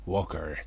Walker